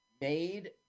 made